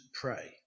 pray